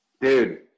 Dude